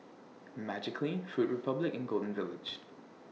Magiclean Food Republic and Golden Village